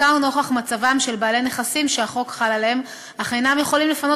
בעיקר נוכח מצבם של בעלי נכסים שהחוק חל עליהם אך אינם יכולים לפנות